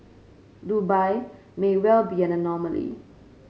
Dubai may well be an anomaly